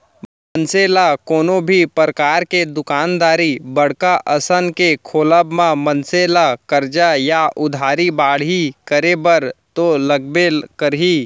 मनसे ल कोनो भी परकार के दुकानदारी बड़का असन के खोलब म मनसे ला करजा या उधारी बाड़ही करे बर तो लगबे करही